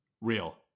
Real